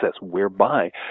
whereby